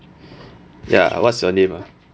ya what's your name ah